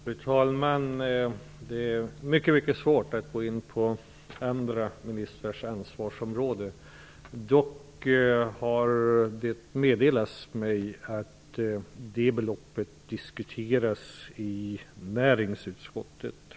Fru talman! Det är mycket svårt att gå in på andra ministrars ansvarsområden. Det har dock meddelats mig att det beloppet för närvarande diskuteras i näringsutskottet.